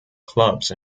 clubs